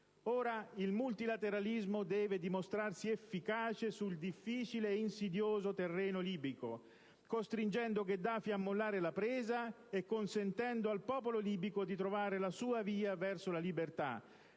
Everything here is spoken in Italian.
Ora il multilateralismo deve dimostrarsi efficace sul difficile, insidioso terreno libico, costringendo Gheddafi a mollare la presa e consentendo al popolo libico di trovare la sua via verso la libertà.